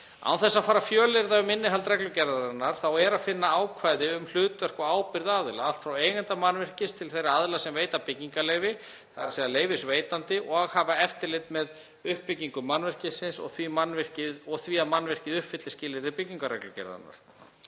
Án þess að fara að fjölyrða um innihald reglugerðarinnar er þar að finna ákvæði um hlutverk og ábyrgð aðila, allt frá eiganda mannvirkis til þeirra aðila sem veita byggingarleyfi, þ.e. leyfisveitanda, og hafa eftirlit með uppbyggingu mannvirkisins og því að mannvirkið uppfylli skilyrði byggingarreglugerðarinnar.